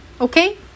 Okay